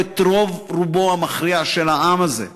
או את רוב רובו המכריע של העם הזה.